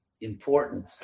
important